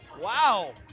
Wow